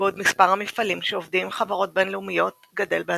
בעוד מספר המפעלים שעובדים עם חברות בינלאומית גדל בהתמדה.